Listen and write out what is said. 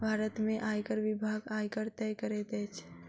भारत में आयकर विभाग, आयकर तय करैत अछि